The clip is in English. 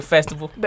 festival